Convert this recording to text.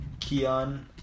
Kian